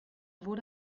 wurde